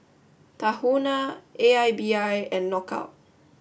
Tahuna A I B I and Knockout